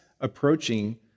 approaching